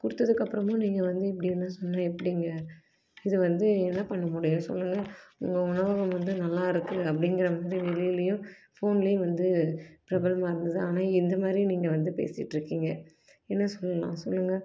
கொடுத்ததுக்கப்புறமும் நீங்கள் வந்து இப்படிலாம் சொன்னால் எப்படிங்க இது வந்து என்ன பண்ண முடியும் சொல்லுங்க உங்கள் உணவகம் வந்து நல்லாயிருக்கு அப்படிங்கிற மாதிரி வெளிலேயும் ஃபோன்லேயும் வந்து பிரபலமாக இருந்தது ஆனால் இந்த மாதிரி நீங்கள் வந்து பேசிட்டுருக்கீங்க என்ன சொல்லலாம் சொல்லுங்க